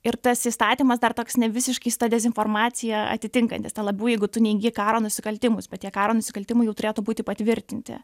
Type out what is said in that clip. ir tas įstatymas dar toks nevisiškais su ta dezinformacija atitinkantis ten labiau jeigu tu neigi karo nusikaltimus bet tie karo nusikaltimai jau turėtų būti patvirtinti